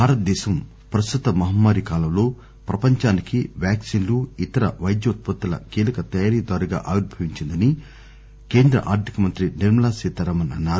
భారతదేశం ప్రస్తుత మహమ్మారి కాలంలో ప్రపంచానికి వ్యాక్సిన్ లు ఇతర పైద్య ఉత్పత్తుల కీలక తయారీ దారుగా ఆవిర్బవించిందని కేంద్ర ఆర్థికమంత్రి నిర్మలా సీతారామన్ అన్నారు